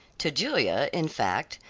to julia, in fact,